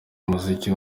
umuziki